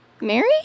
Mary